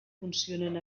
funcionen